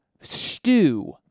stew